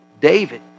David